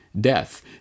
death